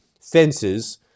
fences